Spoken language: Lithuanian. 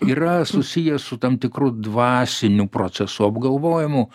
yra susijęs su tam tikru dvasiniu procesu apgalvojimu